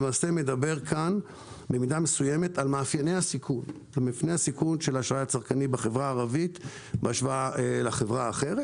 את מאפייני הסיכון של האשראי הצרכני בחברה הערבית בהשוואה לחברה האחרת.